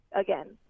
again